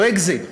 הברקזיט,